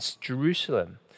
Jerusalem